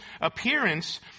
appearance